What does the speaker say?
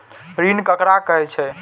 ऋण ककरा कहे छै?